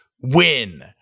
win